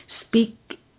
speak